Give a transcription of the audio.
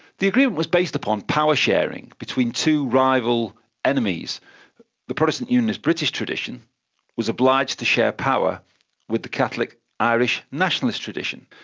the agreement was based upon power sharing between two rival enemies the protestant unionist british tradition was obliged to share power with the catholic irish nationalist nationalist tradition.